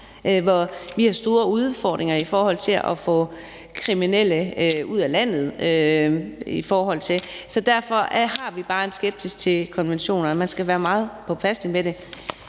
hvor vi har store udfordringer i forhold til at få kriminelle sendt ud af landet, så derfor har vi bare en skepsis over for konventionerne. Man skal være meget påpasselig med dem,